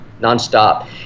nonstop